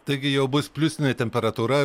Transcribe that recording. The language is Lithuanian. taigi jau bus pliusinė temperatūra